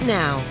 now